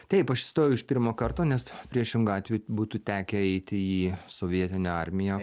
taip aš įstojau iš pirmo karto nes priešingu atveju būtų tekę eiti į sovietinę armiją